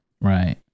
Right